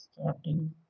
starting